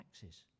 taxes